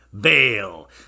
bail